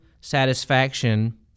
satisfaction